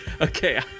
Okay